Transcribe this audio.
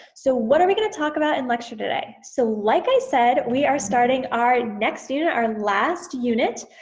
so what are we gonna talk about in lecture today? so like i said we are starting our next unit, our last unit,